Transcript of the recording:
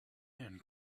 and